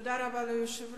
תודה רבה ליושב-ראש.